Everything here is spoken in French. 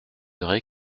vrai